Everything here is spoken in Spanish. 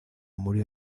murió